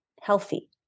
healthy